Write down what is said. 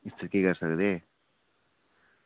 इस च केह् करी सकदे